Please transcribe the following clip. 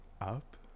Up